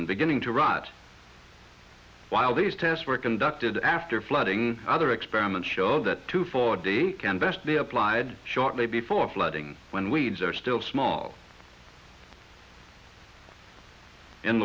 and beginning to rot while these tests were conducted after flooding other experiments show that two four day can best be applied shortly before flooding when we'd start still small in